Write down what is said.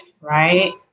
right